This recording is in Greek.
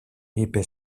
είπε